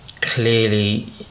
clearly